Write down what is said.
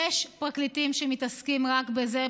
יש פרקליטים שמתעסקים רק בזה,